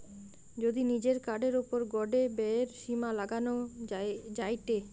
যদি নিজের কার্ডের ওপর গটে ব্যয়ের সীমা লাগানো যায়টে